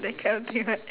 that kind of thing right